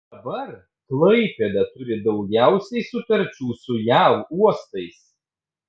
dabar klaipėda turi daugiausiai sutarčių su jav uostais